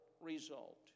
result